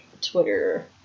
Twitter